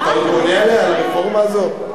אתה עוד בונה עליה, על הרפורמה הזאת?